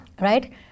Right